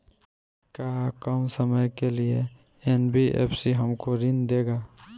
का कम समय के लिए एन.बी.एफ.सी हमको ऋण देगा?